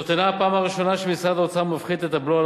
זאת אינה הפעם הראשונה שמשרד האוצר מפחית את הבלו על